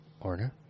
Order